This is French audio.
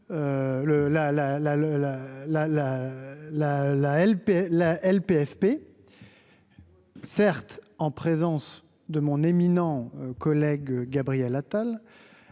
Hé ouais. Certes, en présence de mon éminent collègue Gabriel Attal